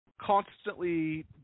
constantly